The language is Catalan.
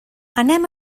anem